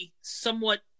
somewhat